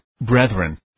brethren